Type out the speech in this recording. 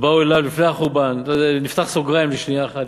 באו אליו לפני החורבן, נפתח סוגריים לשנייה אחת.